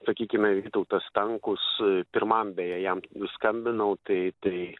sakykime vytautas stankus pirmam beje jam skambinau tai tai